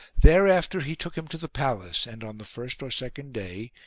thereafter he took him to the palace and, on the first or second day,